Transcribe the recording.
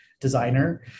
designer